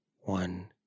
One